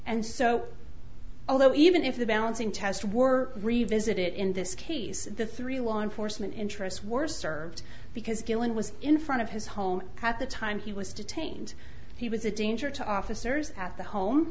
and so although even if the balancing test were revisit it in this case the three law enforcement interests were served because guillen was in front of his home at the time he was detained he was a danger to officers at the home